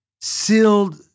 sealed